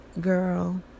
Girl